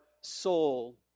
soul